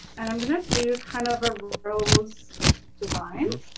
and i'm gonna do kind of a rose design.